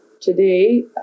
today